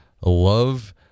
love